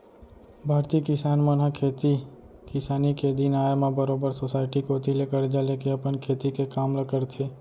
भारतीय किसान मन ह खेती किसानी के दिन आय म बरोबर सोसाइटी कोती ले करजा लेके अपन खेती के काम ल करथे